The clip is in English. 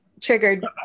Triggered